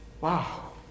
wow